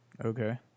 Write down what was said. Okay